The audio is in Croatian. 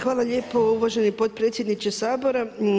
Hvala lijepo uvaženi potpredsjedniče Sabora.